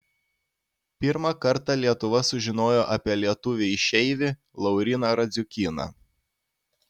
pirmą kartą lietuva sužinojo apie lietuvį išeivį lauryną radziukyną